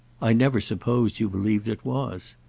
i never supposed you believed it was.